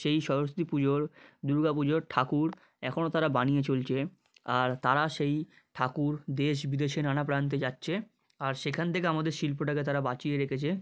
সেই সরস্বতী পুজোর দুর্গা পুজোর ঠাকুর এখনও তারা বানিয়ে চলছে আর তারা সেই ঠাকুর দেশ বিদেশে নানা প্রান্তে যাচ্ছে আর সেখান থেকে আমাদের শিল্পটাকে তারা বাঁচিয়ে রেখেছে